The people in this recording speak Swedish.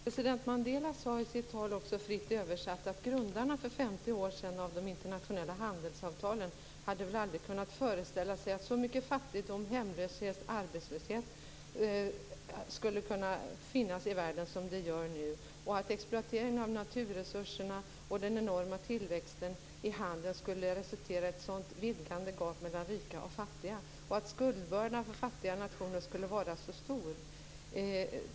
Herr talman! President Mandela sade också, fritt översatt, i sitt tal att grundarna av de internationella handelsavtalen för 50 år sedan väl aldrig hade kunnat föreställa sig att så mycket fattigdom, hemlöshet och arbetslöshet skulle kunna finnas i världen som det gör nu. Inte heller hade de kunnat föreställa sig att exploateringen av naturresurserna och den enorma tillväxten i handeln skulle resultera i ett sådant vidgande gap mellan rika och fattiga och att skuldbördan för fattiga nationer skulle vara så stor.